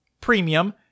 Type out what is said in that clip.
premium